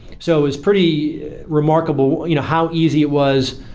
so it's pretty remarkable you know how easy it was,